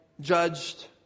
judged